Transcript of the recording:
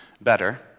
better